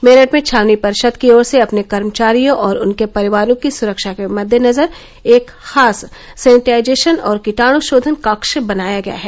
मेरठ में छावनी परिषद की ओर से अपने कर्मचारियों और उनके परिवारों की सुरक्षा के मद्देनजर एक खास सैनिटाइजेशन और कीटाण्शोधन कक्ष बनाया गया है